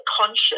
conscious